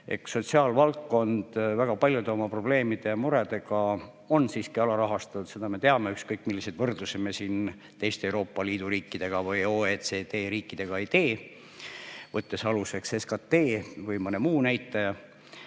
sotsiaalvaldkond väga paljude oma probleemide ja muredega on siiski alarahastatud. Seda me teame, ükskõik milliseid võrdlusi me siin teiste Euroopa Liidu riikidega või OECD riikidega ei tee, võttes aluseks SKT või mõne muu näitaja.